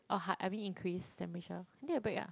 or hi~ I mean increase temperature you need a break ah